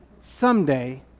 someday